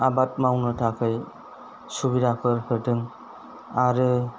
आबाद मावनो थाखाय सुबिदाफोर होदों आरो